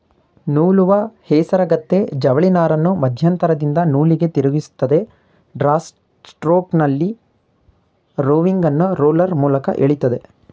ನೂಲುವ ಹೇಸರಗತ್ತೆ ಜವಳಿನಾರನ್ನು ಮಧ್ಯಂತರದಿಂದ ನೂಲಿಗೆ ತಿರುಗಿಸ್ತದೆ ಡ್ರಾ ಸ್ಟ್ರೋಕ್ನಲ್ಲಿ ರೋವಿಂಗನ್ನು ರೋಲರ್ ಮೂಲಕ ಎಳಿತದೆ